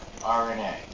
RNA